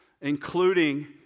including